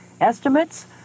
Estimates